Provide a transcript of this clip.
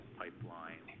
pipeline